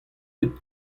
aet